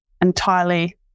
entirely